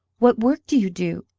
what work do you do?